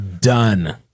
done